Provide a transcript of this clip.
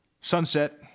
sunset